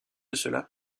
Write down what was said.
cela